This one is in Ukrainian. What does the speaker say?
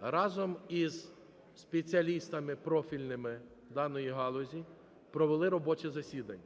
разом із спеціалістами профільними даної галузі провели робоче засідання.